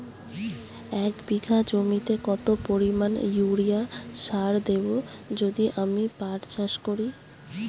এক বিঘা জমিতে কত পরিমান ইউরিয়া সার দেব যদি আমি পাট চাষ করি?